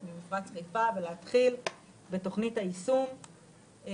אנחנו התחלנו תוכנית בשווי של 15,000,000